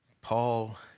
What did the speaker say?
Paul